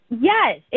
Yes